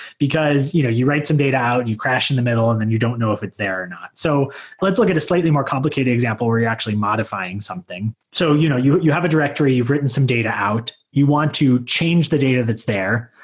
because you know you write some data out, you crash in the middle and and you don't know if it's there or not. so let's look at a slightly more complicated example where you're actually modifying something. so you know you you have a directory. you've written some data out. you want to change the data that's there.